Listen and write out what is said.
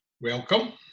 Welcome